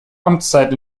amtszeit